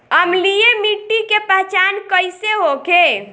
अम्लीय मिट्टी के पहचान कइसे होखे?